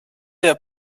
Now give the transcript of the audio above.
der